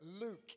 Luke